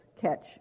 catch